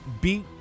beat